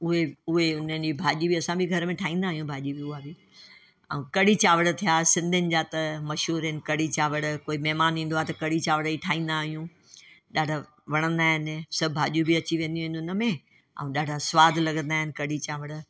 उहे उहे उन्हनि जी भाॼी असां बि घर में ठाहींदा आहियूं भाॼी बि उहा बि ऐं कड़ी चांवर थिया सिंधियुनि जा त मशहूरु आहिनि कड़ी चांवर कोई महिमानु ईदो आहे त कड़ी चांवर ई ठाहींदा आहियूं ॾाढा वणंदा आहिनि सभु भाॼियूं बि अची वेंदियूं आहिनि उनमें ऐं ॾाढा सवादु लॻंदा आहिनि कड़ी चांवर